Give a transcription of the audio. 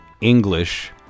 English